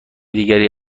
دیگری